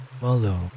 Follow